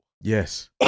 Yes